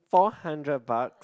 four hundred bucks